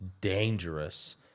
dangerous